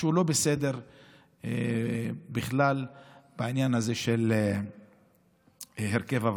משהו לא בסדר בכלל בעניין הזה של הרכב הוועדות.